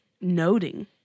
noting